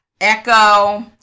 Echo